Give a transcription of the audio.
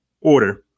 order